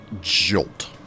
jolt